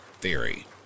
Theory